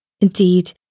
Indeed